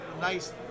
nice